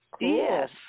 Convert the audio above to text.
Yes